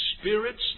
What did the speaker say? spirits